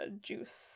juice